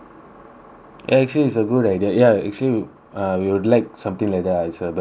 actually it's a good idea ya actually uh we will like something like that it's a better idea